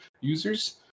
users